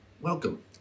Welcome